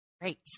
Great